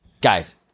guys